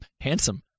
handsome